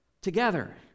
Together